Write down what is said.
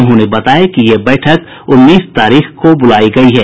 उन्होंने बताया कि ये बैठक उन्नीस तारीख को बुलायी गयी है